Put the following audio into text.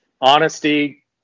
Honesty